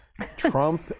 Trump